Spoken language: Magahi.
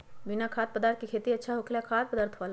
बिना खाद्य पदार्थ के खेती अच्छा होखेला या खाद्य पदार्थ वाला?